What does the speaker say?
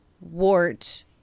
wart